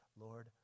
Lord